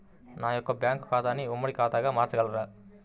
నా యొక్క బ్యాంకు ఖాతాని ఉమ్మడి ఖాతాగా మార్చగలరా?